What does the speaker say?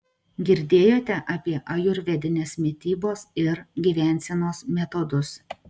girdėjote apie ajurvedinės mitybos ir gyvensenos metodus